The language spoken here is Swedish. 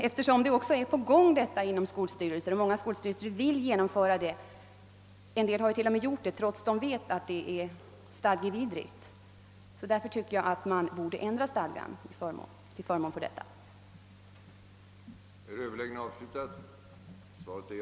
Eftersom en utveckling i denna riktning är på gång inom skolstyrelserna — många skolstyrelser önskar få till stånd en elevrepresentation och en del har t.o.m. genomfört en sådan, trots att de vet att det är stadgevidrigt — tycker jag att stadgarna borde ändras så att elevernas önskemål kan tillgodoses.